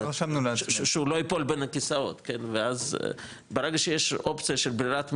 שהוא לא ייפול בין הכיסאות ואז ברגע שיש אופציה של ברירת מחדל,